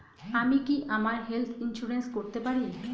আমি কি আমার হেলথ ইন্সুরেন্স করতে পারি?